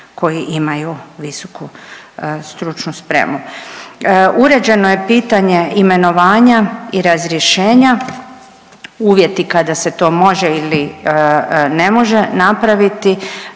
koji maju visoku stručnu spremu. Uređeno je pitanje imenovanja i razrješenja, uvjeti kada se to može ili ne može napraviti.